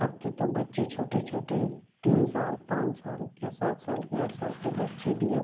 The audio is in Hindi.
अब के तो बच्चे छोटे छोटे तीन साल पाँच साल या सात साल के आठ साल के बच्चे भी अब